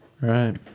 right